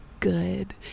good